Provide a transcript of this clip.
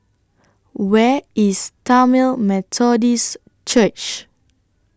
Where IS Tamil Methodist Church